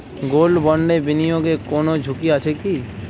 Gold বন্ডে বিনিয়োগে কোন ঝুঁকি আছে কি?